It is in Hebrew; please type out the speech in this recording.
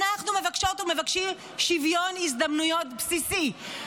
אנחנו מבקשות ומבקשים שוויון הזדמנויות בסיסי.